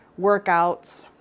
workouts